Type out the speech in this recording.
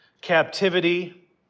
captivity